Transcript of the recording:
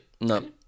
No